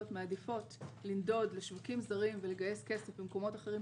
מעדיפות לנדוד לשווקים זרים ולגייס כסף במקומות אחרים,